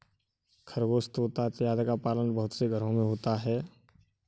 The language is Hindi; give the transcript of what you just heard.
खरगोश तोता इत्यादि का पालन बहुत से घरों में होता है